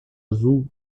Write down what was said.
azul